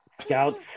scouts